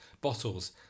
bottles